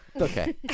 okay